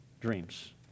dreams